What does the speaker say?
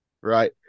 right